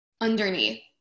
underneath